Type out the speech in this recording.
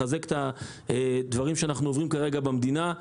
לחזק את הדברים שאנחנו עוברים כרגע במדינה.